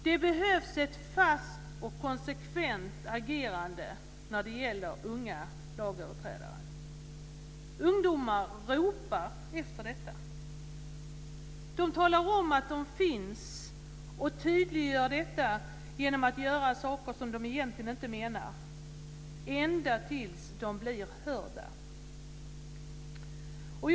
Det behövs ett fast och konsekvent agerande när det gäller unga lagöverträdare. Ungdomar ropar efter detta. De talar om att de finns och tydliggör detta genom att göra saker som de egentligen inte menar ända tills de blir hörda.